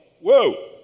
Whoa